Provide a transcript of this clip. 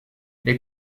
les